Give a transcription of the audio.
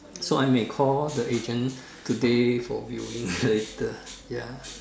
so I may call the agent today for viewing later ya